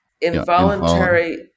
involuntary